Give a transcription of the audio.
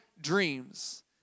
dreams